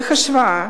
להשוואה,